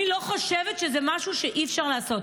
אני לא חושבת שזה משהו שאי-אפשר לעשות.